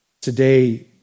Today